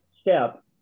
step